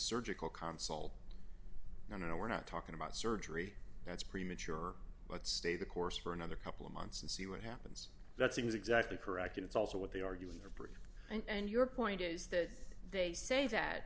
surgical console i know we're not talking about surgery that's premature but stay the course for another couple of months and see what happens that's exactly correct and it's also what they are doing their part and your point is that they say that